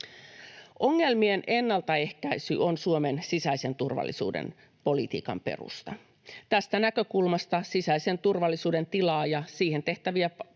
Ongelmien ennaltaehkäisy on Suomen sisäisen turvallisuuden politiikan perusta. Tästä näkökulmasta sisäisen turvallisuuden tilaa ja siihen tehtäviä panostuksia